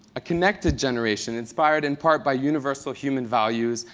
a connected generation, inspired in part by universal human values,